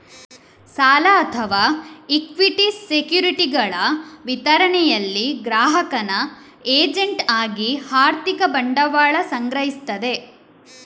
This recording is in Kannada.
ಸಾಲ ಅಥವಾ ಇಕ್ವಿಟಿ ಸೆಕ್ಯುರಿಟಿಗಳ ವಿತರಣೆಯಲ್ಲಿ ಗ್ರಾಹಕನ ಏಜೆಂಟ್ ಆಗಿ ಆರ್ಥಿಕ ಬಂಡವಾಳ ಸಂಗ್ರಹಿಸ್ತದೆ